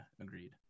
Agreed